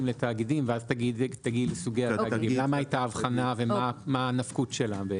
לתאגידים ואז תגיעי ללמה הייתה ההבחנה ומה הנפקות שלה.